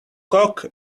cock